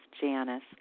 Janice